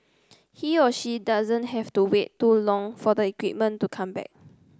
he or she doesn't have to wait too long for the equipment to come back